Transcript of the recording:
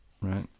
Right